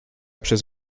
przez